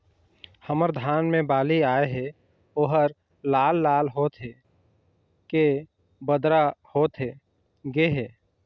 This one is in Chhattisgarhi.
हमर धान मे बाली आए हे ओहर लाल लाल होथे के बदरा होथे गे हे?